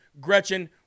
Gretchen